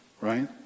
right